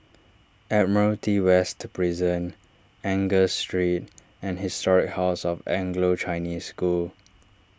Admiralty West Prison Angus Street and Historic House of Anglo Chinese School